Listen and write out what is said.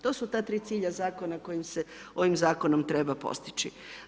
To su ta tri cilja zakona koja se ovim zakonom treba postići.